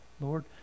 Lord